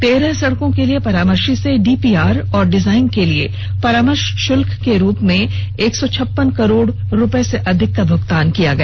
तेरह सड़कों के लिए परामर्षी से डीपीआर और डिजाइन के लिए परामर्ष शुल्क के रूप में एक सौ छप्पन करोड़ रूपये से अधिक का भुगतान किया गया